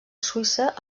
suïssa